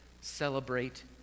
celebrate